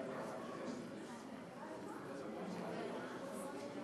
חבר הכנסת עמיר